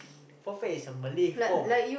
potpet is a Malay form